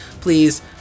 please